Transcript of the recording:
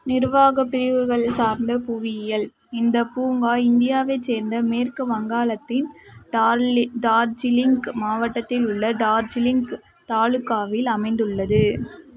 நிர்வாகப் பிரிவுகள் சார்ந்த புவியியல் இந்தப் பூங்கா இந்தியாவைச் சேர்ந்த மேற்கு வங்காளத்தின் டார்லி டார்ஜிலிங்க் மாவட்டத்தில் உள்ள டார்ஜிலிங்க் தாலுக்காவில் அமைந்துள்ளது